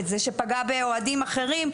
את זה שפגע באוהדים אחרים.